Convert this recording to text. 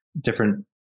different